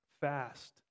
fast